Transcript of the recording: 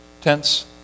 tense